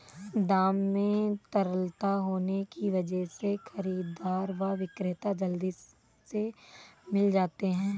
दाम में तरलता होने की वजह से खरीददार व विक्रेता जल्दी से मिल जाते है